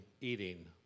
eating